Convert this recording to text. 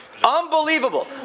Unbelievable